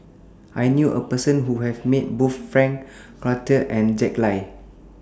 I knew A Person Who has Met Both Frank Cloutier and Jack Lai